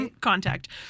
contact